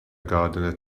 gardener